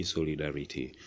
Solidarity